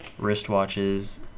wristwatches